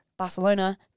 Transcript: Barcelona